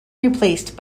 replaced